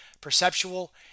perceptual